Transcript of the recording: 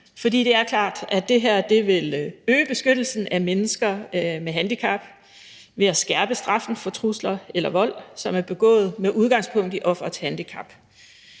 For det er klart, at det her vil øge beskyttelsen af mennesker med handicap ved at skærpe straffen for trusler eller vold, som er begået med udgangspunkt i offerets handicap.